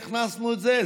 הכנסנו את זה.